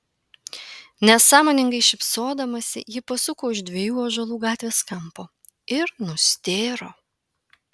nesąmoningai šypsodamasi ji pasuko už dviejų ąžuolų gatvės kampo ir nustėro